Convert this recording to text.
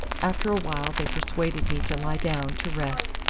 after awhile they persuaded me to lie down, to rest,